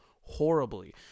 horribly